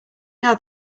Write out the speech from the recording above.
now